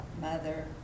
mother